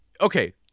okay